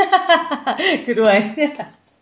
good one